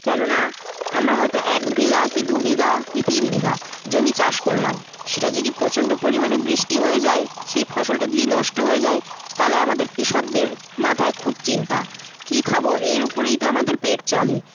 কেন না আমার হয়তো এক বিঘা কি দু বিঘা কি তিন বিঘা জমি চাষ করলাম সেটা যদি প্রচণ্ড পরিমাণে বৃষ্টি হয়ে যায় সেই ফসলটা যদি নষ্ট হয়ে যায় তালে আমাদের কৃষকদের মাথায় খুব চিন্তা কী খাবো এর উপরেই তো আমাদের পেট চলে